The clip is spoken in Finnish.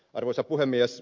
arvoisa puhemies